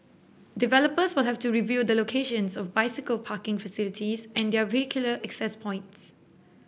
developers will have to review the locations of bicycle parking facilities and their vehicular access points